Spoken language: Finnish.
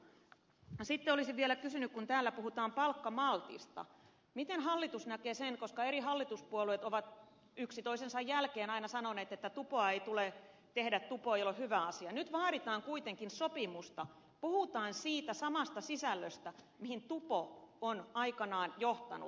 sitten olisin vielä kysynyt siitä kun täällä puhutaan palkkamaltista miten hallitus näkee sen koska eri hallituspuolueet ovat yksi toisensa jälkeen aina sanoneet että tupoa ei tule tehdä tupo ei ole hyvä asia ja nyt vaaditaan kuitenkin sopimusta puhutaan siitä samasta sisällöstä mihin tupo on aikanaan johtanut